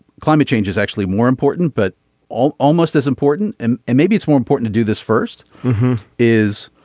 climate change is actually more important but all almost as important and and maybe it's more important to do this first is.